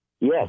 Yes